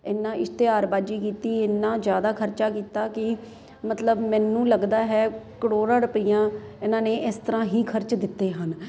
ਇੰਨਾਂ ਇਸ਼ਤਿਆਰਬਾਜੀ ਕੀਤੀ ਇੰਨਾਂ ਜ਼ਿਆਦਾ ਖਰਚਾ ਕੀਤਾ ਕਿ ਮਤਲਬ ਮੈਨੂੰ ਲੱਗਦਾ ਹੈ ਕਰੋੜਾਂ ਰੁਪਈਆ ਇਹਨਾਂ ਨੇ ਇਸ ਤਰ੍ਹਾਂ ਹੀ ਖਰਚ ਦਿੱਤੇ ਹਨ